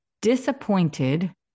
disappointed